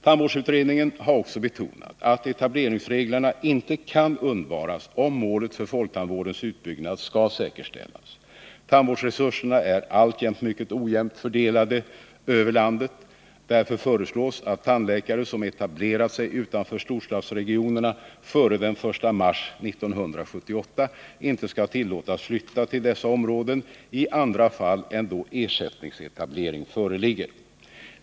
Tandvårdsutredningen har också betonat att etableringsreglerna inte kan undvaras om målet för folktandvårdens utbyggnad skall säkerställas. Tandvårdsresurserna är alltjämt mycket ojämnt fördelade över landet. Därför föreslås att tandläkare som etablerat sig utanför storstadsregionerna före den 1 mars 1978 inte skall tillåtas flytta till dessa områden i andra fall än då ersättningsetablering föreligger.